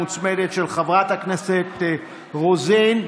המוצמדת, של חברת הכנסת רוזין.